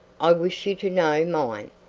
i wish you to know mine.